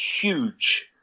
huge